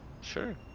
sure